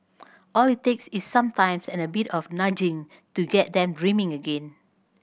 all it takes is some time and a bit of nudging to get them dreaming again